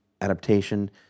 adaptation